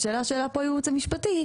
השאלה שהעלה פה היועץ המשפטי,